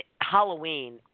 Halloween